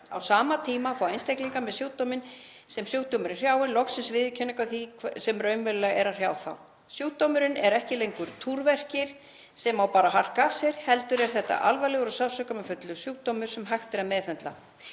Á sama tíma fá einstaklingar sem sjúkdómurinn hrjáir loksins viðurkenningu á því sem raunverulega er að hrjá þá. Sjúkdómurinn er ekki lengur túrverkir sem á bara að harka af sér heldur er þetta alvarlegur og sársaukafullur sjúkdómur sem hægt er að meðhöndla.